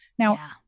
Now